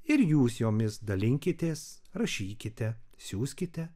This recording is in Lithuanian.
ir jūs jomis dalinkitės rašykite siųskite